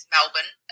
Melbourne